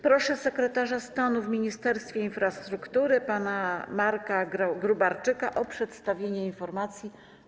Proszę sekretarza stanu w Ministerstwie Infrastruktury pana Marka Gróbarczyka o przedstawienie informacji.